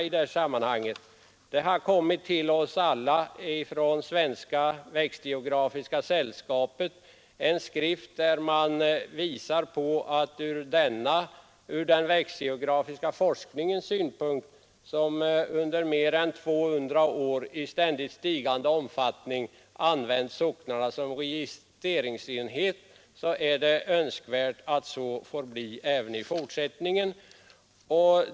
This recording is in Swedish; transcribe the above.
Från Svenska växtgeografiska sällskapet har det till oss alla kommit en skrift, där man visar att det ur den växtgeografiska forskningens synpunkt, som under mer än 200 år i ständigt stigande omfattning använt socknarna som registreringsenhet, är önskvärt att så Nr 51 får bli även i fortsättningen.